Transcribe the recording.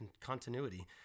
continuity